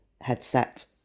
headset